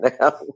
now